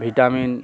vitamin